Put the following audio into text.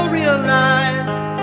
realized